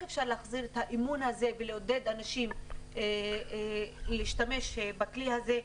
אפשר להחזיר את האמון הזה ולעודד אנשים להשתמש בכלי הזה.